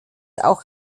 auch